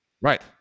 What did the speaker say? Right